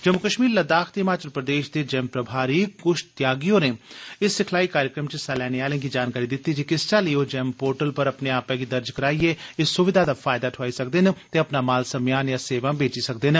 जम्मू कश्मीर लद्दाख ते हिमाचल प्रदेश दे जैम प्रभारी कुश तयागी होरें इस सिखलाई कार्यक्रम च हिस्सा लैने आलें गी जानकारी दित्ती जे किस चाल्ली ओ जैम पोर्टल पर अपने आपै गी दर्ज कराइयै इस सुवधा दा फैयदा ठोआई सकदे ते अपना माल समेयान जां सेवां बेची सकदे न